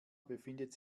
befindet